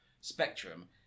spectrum